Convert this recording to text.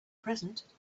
present